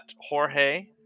Jorge